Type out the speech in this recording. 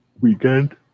weekend